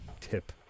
tip